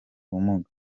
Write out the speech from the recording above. ubumuga